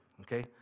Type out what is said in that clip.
okay